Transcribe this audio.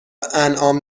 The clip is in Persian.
انعام